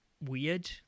weird